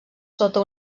sota